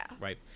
right